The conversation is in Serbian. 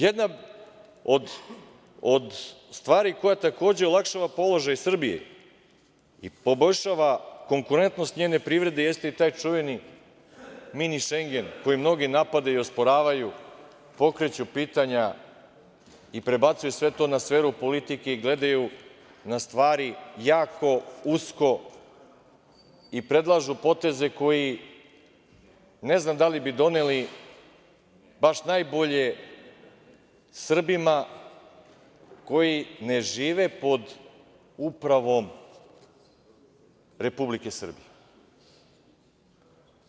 Jedna od stvari koja takođe olakšava položaj Srbije i poboljšava konkurentnost njene privrede jeste i taj čuveni „mini Šengen“, koji mnogi napadaju i osporavaju, pokreću pitanja i prebacuju sve to na sferu politike i gledaju na stvari jako usko i predlažu poteze koji ne znam da li bi doneli baš najbolje Srbima koji ne žive pod upravom Republike Srbije.